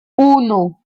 uno